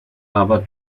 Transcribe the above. aber